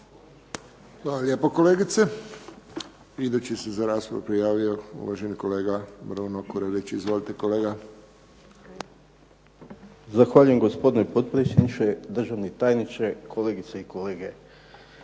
Hvala lijepo kolegice. Idući se za raspravu prijavio uvaženi kolega Bruno Kurelić. Izvolite kolega. **Kurelić, Bruno (SDP)** Zahvaljujem gospodine potpredsjedniče, državni tajniče, kolegice i kolege.